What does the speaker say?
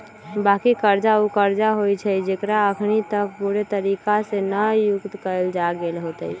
बाँकी कर्जा उ कर्जा होइ छइ जेकरा अखनी तक पूरे तरिका से न चुक्ता कएल गेल होइत